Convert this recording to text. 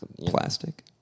Plastic